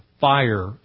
fire